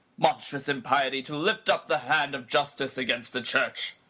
monstrous impiety! to lift up the hand of justice against the church.